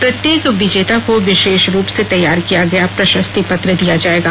प्रत्येक विजेता को विशेष रूप से तैयार किया गया प्रशस्ति पत्र दिया जाएगा